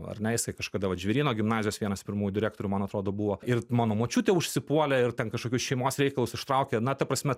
ar ne jisai kažkada vat žvėryno gimnazijos vienas pirmųjų direktorių man atrodo buvo ir mano močiutę užsipuolė ir ten kažkokius šeimos reikalus ištraukė na ta prasme